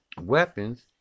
weapons